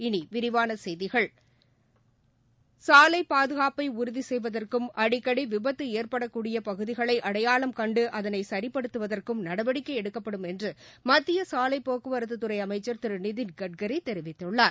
இனிவிரிவானசெய்திகள் சாலைபாதுகாப்பு உறுதிசெய்வதற்கும் அடிக்கடிவிபத்துஏற்படக்கூடியபகுதிகளைஅடையாளம் கண்டு அதனைசரிப்படுத்துவதற்கும் நடவடிக்கைஎடுக்கப்படும் என்றுமத்தியசாலைபோக்குவரத்துத் துறைஅமைச்சர் திருநிதின் கட்கரிதெரிவித்துள்ளார்